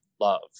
love